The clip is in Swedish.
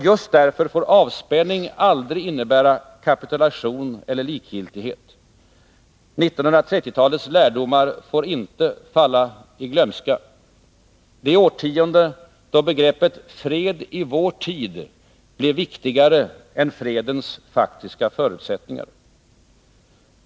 Just därför får avspänning aldrig innebära kapitulation eller likgiltighet. 1930-talets lärdomar får inte falla i glömska — det årtionde då begreppet ”fred i vår tid” blev viktigare än fredens faktiska förutsättningar.